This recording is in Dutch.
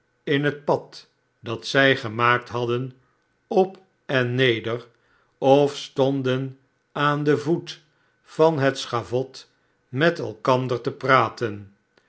in het pad dat zij gemaakt hadden op en neder of stonden aan den voet van het schavot met elkander te praten